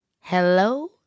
hello